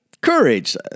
courage